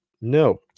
no